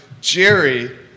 Jerry